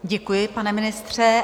Děkuji, pane ministře.